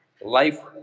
life